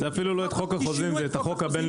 זה אפילו לא את חוק החוזים אלא זה את החוק הבין-לאומי.